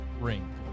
ring